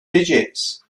digits